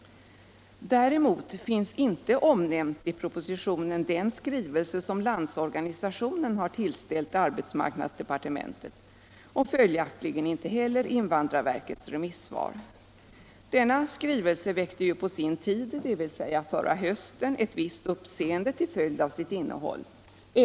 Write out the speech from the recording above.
Däremot nämns inte i propositionen den skrivelse som Landsorganisationen har tillställt arbetsmarknadsdepartementet och följaktligen inte heller invandrarverkets remissvar. Den skrivelsen väckte på sin tid, dvs. förra hösten, ett visst uppseende till följd av sitt innehåll.